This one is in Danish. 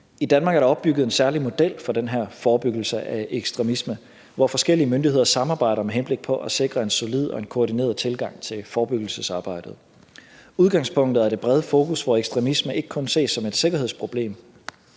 I Danmark er der opbygget en særlig model for den her forebyggelse af ekstremisme, hvor forskellige myndigheder samarbejder med henblik på at sikre en solid og en koordineret tilgang til forebyggelsesarbejdet. Udgangspunktet er det brede fokus, hvor ekstremisme ikke kun ses som et sikkerhedsproblem